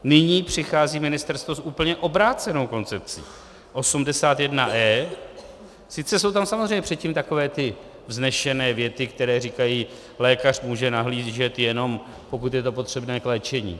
Nyní přichází ministerstvo s úplně obrácenou koncepcí, 81e, sice jsou tam samozřejmě předtím takové ty vznešené věty, které říkají: lékař může nahlížet, jenom pokud to je potřebné k léčení.